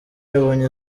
yabonye